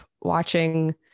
watching